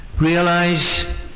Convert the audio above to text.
Realize